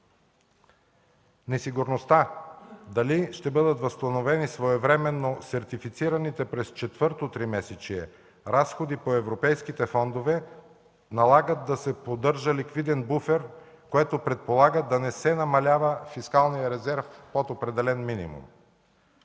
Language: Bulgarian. Несигурността дали ще бъдат възстановени своевременно сертифицираните през четвъртото тримесечие разходи по европейските фондове налагат да се поддържа ликвиден буфер, което предполага да не се намалява фискалният резерв под определен минимум.